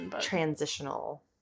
transitional